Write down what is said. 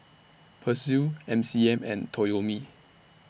Persil M C M and Toyomi